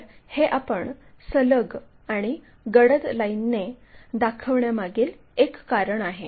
तर हे आपण सलग आणि गडद लाईनने दाखविण्यामागील एक कारण आहे